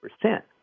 percent